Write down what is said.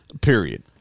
Period